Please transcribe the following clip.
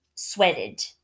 sweated